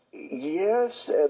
Yes